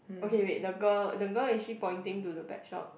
okay wait the girl the girl is she pointing to the pet shop